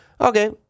Okay